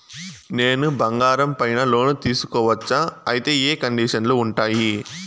నేను బంగారం పైన లోను తీసుకోవచ్చా? అయితే ఏ కండిషన్లు ఉంటాయి?